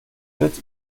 wird